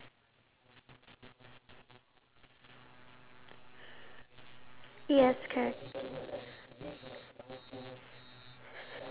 iya true because people at cafes and restaurants usually the time pass due to the fact that